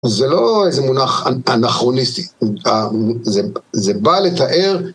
זה לא איזה מונח אנכרוניסטי, זה בא לתאר.